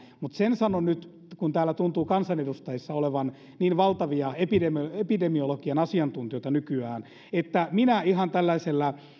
mutta sen sanon nyt kun täällä tuntuu kansanedustajissa olevan niin valtavia epidemiologian epidemiologian asiantuntijoita nykyään että minä ihan tällaisella